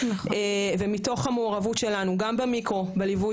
ומתוך המעורבות שלנו גם במיקרו בליווי